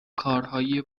کارهای